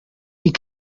die